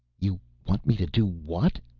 you want me to do what?